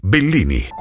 Bellini